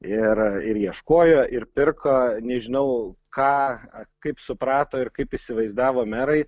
ir ir ieškojo ir pirko nežinau ką kaip suprato ir kaip įsivaizdavo merai